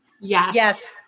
Yes